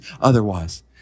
otherwise